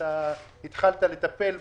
ואתה התחלת לטפל בו.